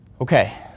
Okay